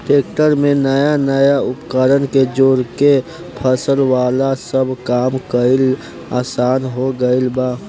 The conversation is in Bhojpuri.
ट्रेक्टर में नया नया उपकरण के जोड़ के फसल वाला सब काम कईल आसान हो गईल बा